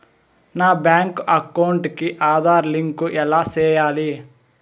నా bank account కి Aadhaar link ఎలా సేయాలి